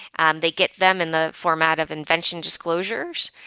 and they get them in the format of invention disclosures.